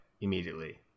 immediately